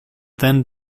then